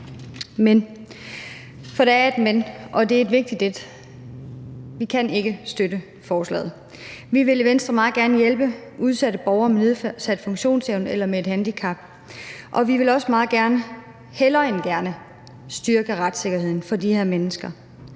Men – for der er et men, og det er et vigtigt et – vi kan ikke støtte forslaget. Vi vil i Venstre meget gerne hjælpe udsatte borgere med nedsat funktionsevne eller med et handicap, og vi vil også meget gerne, hellere end gerne, styrke retssikkerheden for de her mennesker.